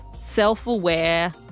self-aware